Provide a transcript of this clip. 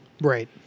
Right